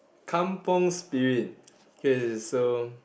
kampung-spirit k so